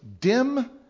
dim